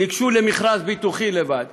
ניגשו למכרז ביטוחי לבד,